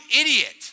idiot